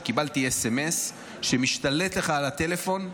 קיבלתי סמ"ס שמשתלט לך על הטלפון.